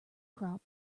crop